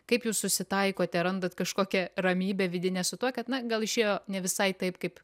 kaip jūs susitaikote randat kažkokią ramybę vidinę su tuo kad na gal išėjo ne visai taip kaip